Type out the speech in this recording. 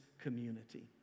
community